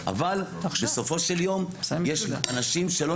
אבל בסופו של יום יש אנשים שלא